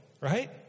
right